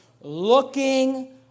Looking